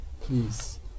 please